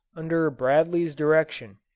under bradley's direction,